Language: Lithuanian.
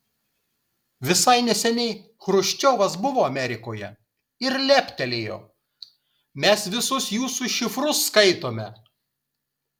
visai neseniai chruščiovas buvo amerikoje ir leptelėjo mes visus jūsų šifrus skaitome